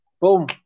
boom